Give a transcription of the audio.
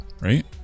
right